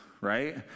right